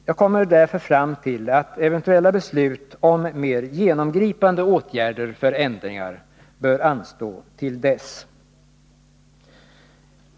Jag kommer därför fram till att eventuella beslut om mer genomgripande åtgärder för ändringar bör anstå till dess.